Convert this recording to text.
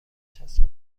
چسب